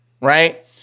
right